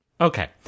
Okay